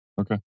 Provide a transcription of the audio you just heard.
Okay